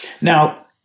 Now